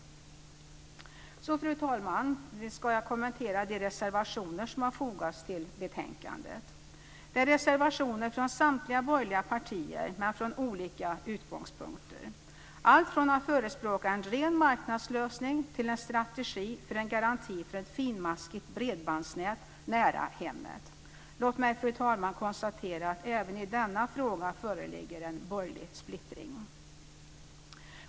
Så, fru talman, ska jag kommentera de reservationer som har fogats till betänkandet. Det är reservationer från samtliga borgerliga partier, men från olika utgångspunkter. Man förespråkar allt från en ren marknadslösning till en strategi för en garanti för ett finmaskigt bredbandsnät nära hemmet. Låt mig, fru talman, konstatera att det även i denna fråga föreligger en borgerlig splittring.